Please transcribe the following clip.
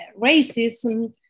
racism